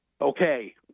okay